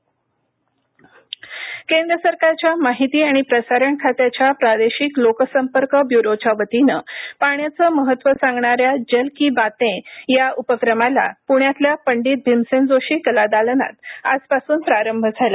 जल की बातें केंद्र सरकारच्या माहिती आणि प्रसारण खात्याच्या प्रादेशिक लोकसंपर्क ब्युरोच्या वतीनं पाण्याचं महत्व सांगणाऱ्या जल की बातें या उपक्रमाला पुण्यातल्या पंडित भीमसेन जोशी कलादालनात आजपासून प्रारंभ झाला